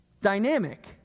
dynamic